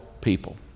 people